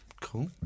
Cool